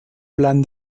plan